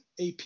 AP